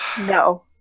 No